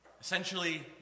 essentially